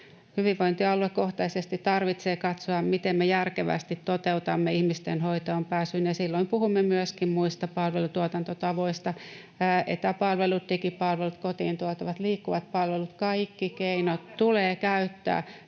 Hyvinvointialuekohtaisesti tarvitsee katsoa, miten me järkevästi toteutamme ihmisten hoitoonpääsyn, ja silloin puhumme myöskin muista palvelutuotantotavoista. Etäpalvelut, digipalvelut, kotiin tuotavat liikkuvat palvelut, [Perussuomalaisten